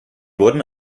wurden